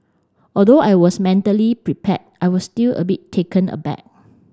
although I was mentally prepared I was still a bit taken aback